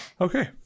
Okay